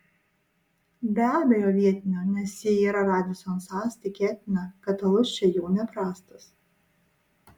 be abejo vietinio nes jei yra radisson sas tikėtina kad alus čia jau neprastas